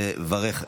לברך.